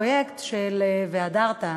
פרויקט "והדרת",